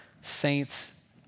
saints